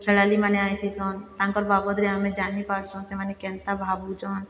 ଖେଳାଳିମାନେ ଆଇଥିସନ୍ ତାଙ୍କର୍ ବାବଦରେ ଆମେ ଜାନି ପାର୍ସନ୍ ସେମାନେ କେନ୍ତା ଭାବୁଛନ୍